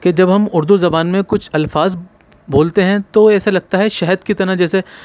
کہ جب ہم اردو زبان میں ہم کچھ الفاظ بولتے ہیں تو ایسا لگتا شہد کی طرح جیسے